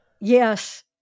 Yes